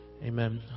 Amen